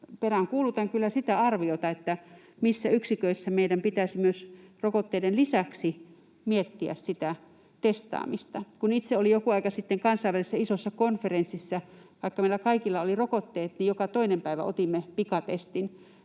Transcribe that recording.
peräänkuulutan kyllä sitä arviota, että missä yksiköissä meidän pitäisi myös rokotteiden lisäksi miettiä sitä testaamista. Itse olin joku aika sitten kansainvälisessä, isossa konferenssissa, ja vaikka meillä kaikilla oli rokotteet, niin joka toinen päivä otimme pikatestin.